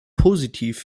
positiv